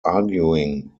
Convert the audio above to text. arguing